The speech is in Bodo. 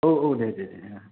औ औ दे दे दे औ जाबाय